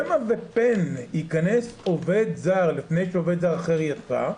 שמא ופן ייכנס עובד זר לפני שעובד זר אחר יצא,